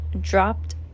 dropped